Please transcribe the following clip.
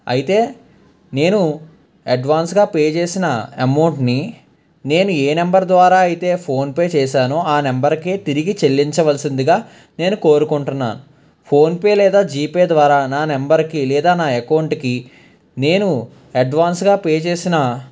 అయితే నేను అడ్వాన్స్గా పే చేసిన అమౌంట్ని నేను ఏ నెంబర్ ద్వారా అయితే ఫోన్ పే చేశానో ఆ నెంబర్కే తిరిగి చెల్లించవలసిందిగా నేను కోరుకుంటున్నాను ఫోన్ పే లేదా జీ పే ద్వారా నా నెంబర్కి లేదా నా అకౌంట్కి నేను అడ్వాన్స్గా పే చేసిన